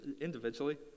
individually